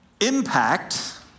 impact